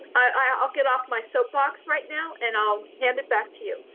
i'll get off my soap box right now. and i'll hand it back to you.